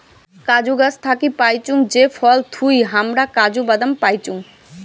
কাজু গাছ থাকি পাইচুঙ যে ফল থুই হামরা কাজু বাদাম পাইচুং